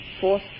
fourth